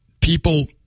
people